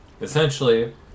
Essentially